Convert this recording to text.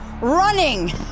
running